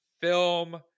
film